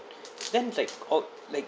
then like oh like